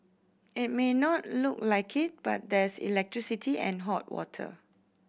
it may not look like it but there's electricity and hot water